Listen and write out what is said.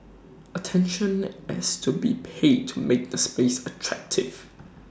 attention has to be paid to make the space attractive